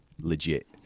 legit